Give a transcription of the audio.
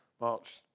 March